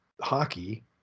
hockey